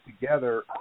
together